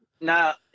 Now